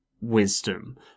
wisdom